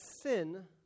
sin